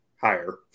higher